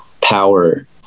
power